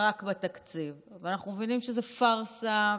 ואנחנו מבינים שזו פארסה,